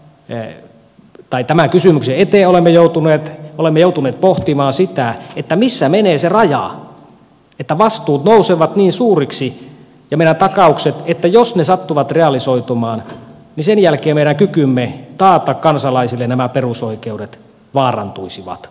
ey tai tämä kysyi miksi ette ole joutuneet olemme joutuneet pohtimaan sitä missä menee se raja että vastuut nousevat niin suuriksi ja jos meidän takauksemme sattuvat realisoitumaan niin sen jälkeen meidän kykymme taata kansalaisille nämä perusoikeudet vaarantuisivat